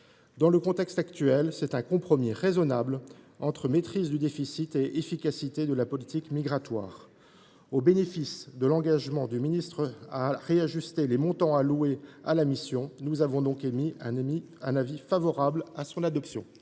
Dans le contexte actuel, c’est un compromis raisonnable entre maîtrise du déficit et efficacité de la politique migratoire. Au bénéfice de l’engagement du ministre de réajuster les montants alloués à la mission, nous nous sommes donc prononcés en faveur de son adoption.